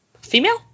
female